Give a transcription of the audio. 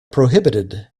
prohibited